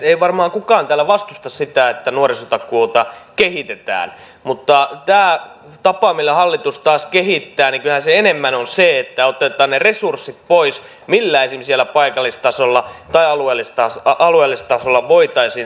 ei varmaan kukaan täällä vastusta sitä että nuorisotakuuta kehitetään mutta tämä tapa millä hallitus taas kehittää kyllähän enemmän on se että otetaan ne resurssit pois millä esimerkiksi siellä paikallistasolla tai alueellistasolla voitaisiin tätä kehittämistoimintaa tehdä